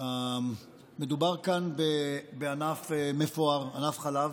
מדובר כאן בענף מפואר, ענף חלב,